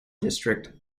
district